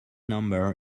number